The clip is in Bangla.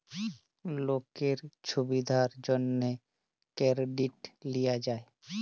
লকের ছুবিধার জ্যনহে কেরডিট লিয়া যায়